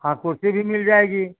हाँ कुर्सी भी मिल जाएगी